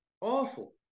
Awful